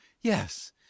yes